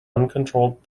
uncontrolled